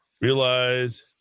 Realize